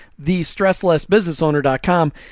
thestresslessbusinessowner.com